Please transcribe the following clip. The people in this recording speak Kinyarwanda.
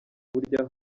burya